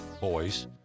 boys